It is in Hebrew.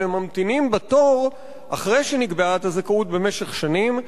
אבל הם ממתינים בתור אחרי שנקבעת הזכאות במשך שנים.